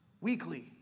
weekly